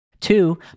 Two